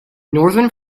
northern